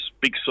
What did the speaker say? big